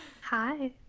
Hi